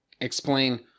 explain